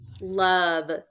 love